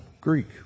Greek